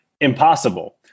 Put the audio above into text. impossible